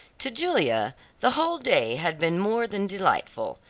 to julia the whole day had been more than delightful,